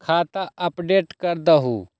खाता अपडेट करदहु?